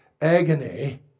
agony